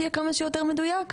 שיהיה כמה שיותר מדויק,